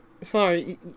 Sorry